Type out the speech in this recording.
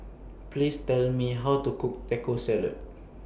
Please Tell Me How to Cook Taco Salad